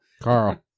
Carl